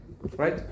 right